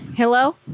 Hello